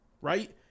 right